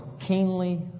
keenly